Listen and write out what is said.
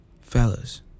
Fellas